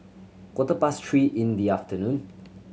quarter past three in the afternoon